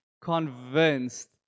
Convinced